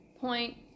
point